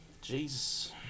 Jesus